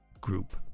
group